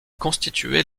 constituait